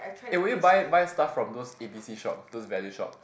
eh will you buy buy stuff from those A_B_C shop those value shop